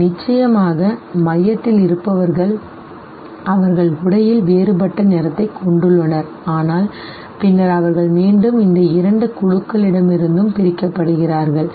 நிச்சயமாக மையத்தில் இருப்பவர்கள் அவர்கள் உடையில் வேறுபட்ட நிறத்தைக் கொண்டுள்ளனர் ஆனால் பின்னர் அவர்கள் மீண்டும் இந்த இரண்டு குழுக்களிடமிருந்தும் பிரிக்கப்படுகிறார்கள் சரி